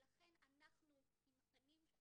לכן אנחנו עם הפנים קדימה.